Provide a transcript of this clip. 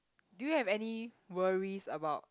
do you have any worries about